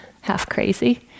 half-crazy